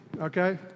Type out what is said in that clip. okay